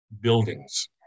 buildings